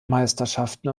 meisterschaften